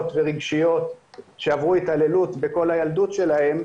ורגשיות שעברו התעללות בכל הילדות שלהם,